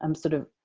um sort of,